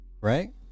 Right